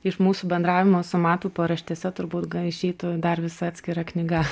iš mūsų bendravimo su matu paraštėse turbū išeitų dar visa atskira knyga